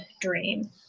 dream